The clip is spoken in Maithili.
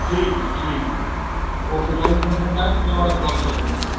ठीक यऽ ठीक यऽ ओके रोडमैप बनि जायत तेकर बाद गपसप हेतै